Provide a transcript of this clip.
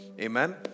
Amen